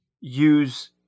use